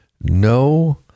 No